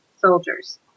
Soldiers